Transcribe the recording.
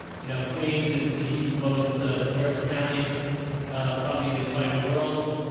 you know, queens is the most diverse county probably in the entire world.